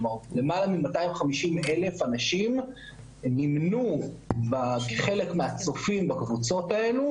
כלומר למעלה מ-250,000 אנשים נמנו כחלק מהצופים בקבוצות האלה